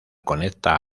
conecta